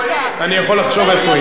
איזה געגועים, אני יכול לחשוב איפה היא.